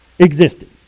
Existed